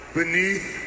beneath